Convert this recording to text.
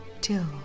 till